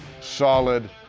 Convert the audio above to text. solid